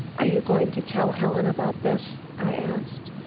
are you going to tell helen about this? i asked.